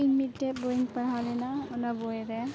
ᱤᱧ ᱢᱤᱫᱴᱮᱡ ᱵᱳᱭᱤᱧ ᱯᱟᱲᱦᱟᱣ ᱞᱮᱱᱟ ᱚᱱᱟ ᱵᱳᱭᱨᱮ